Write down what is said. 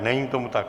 Není tomu tak.